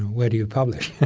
where do you publish? and